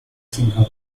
singapur